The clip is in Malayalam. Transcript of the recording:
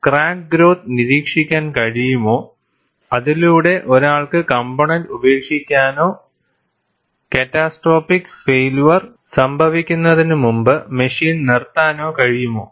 ക്രാക്ക് ഗ്രോത്ത് നിരീക്ഷിക്കാൻ കഴിയുമോ അതിലൂടെ ഒരാൾക്ക് കംപോണൻന്റ് ഉപേക്ഷിക്കാനോ ക്യാറ്റസ്ട്രോപ്പിക് ഫൈയില്യർ സംഭവിക്കുന്നതിനുമുമ്പ് മെഷീൻ നിർത്താനോ കഴിയുമോ